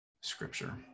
scripture